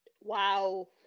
wow